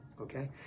okay